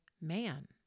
man